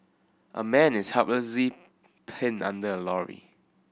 a man is helplessly pinned under a lorry